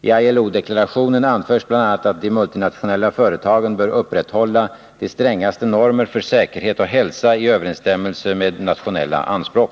I ILO-deklarationen anförs bl.a. att de multinationella företagen bör upprätthålla de strängaste normer för säkerhet och hälsa i överensstämmelse med nationella anspråk.